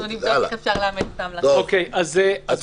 אנחנו נבדוק אם אפשר לאמץ את ההמלצה.